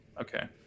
okay